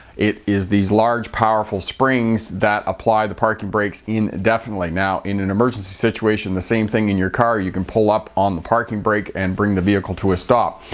it is these large powerful springs that apply the parking brake indefinitely. now in an emergency situation, the same thing in your car, you can pull up on the parking brake and bring the vehicle to a stop.